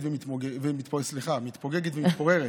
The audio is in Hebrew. סליחה, היא מתפוגגת ומתפוררת.